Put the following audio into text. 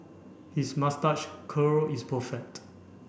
his moustache curl is perfect